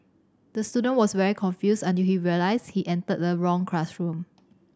the student was very confused until he realised he entered the wrong classroom